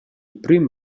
prüm